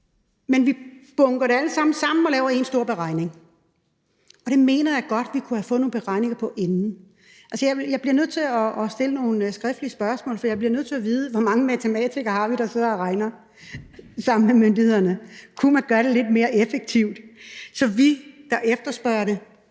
Men vi bunker det hele sammen og laver én stor beregning. Jeg mener, at vi godt kunne have fået nogle beregninger på det inden. Jeg bliver nødt til at stille nogle skriftlige spørgsmål, for jeg bliver nødt til at vide, hvor mange matematikere vi har, der sidder og regner sammen med myndighederne. Kunne man gøre det lidt mere effektivt, så vi, der efterspørger det,